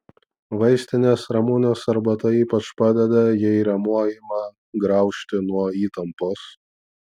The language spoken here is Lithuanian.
vaistinės ramunės arbata ypač padeda jei rėmuo ima graužti nuo įtampos